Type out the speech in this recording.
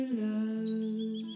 love